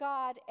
God